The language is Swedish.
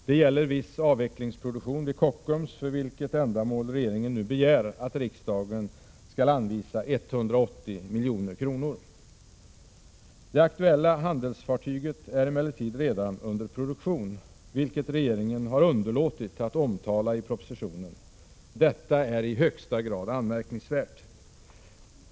Det gäller viss avvecklingsproduktion vid Kockums AB, för vilket ändamål regeringen nu begär att riksdagen skall anvisa 180 milj.kr. Det aktuella handelsfartyget är emellertid redan under produktion, vilket regeringen har underlåtit att omtala i propositionen. Detta är i högsta grad anmärkningsvärt.